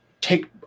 take